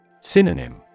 Synonym